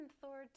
Thor